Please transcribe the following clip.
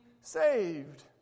saved